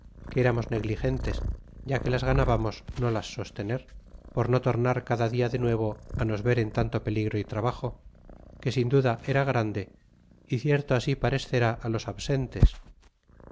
que eranios negligentes ya que las ganábamos no las sostener por no tomar cada dia de nuevo nos ver en tanto peligro y trabajo que sin duda era grande y cierto asiparescerá los ausentes